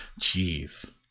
Jeez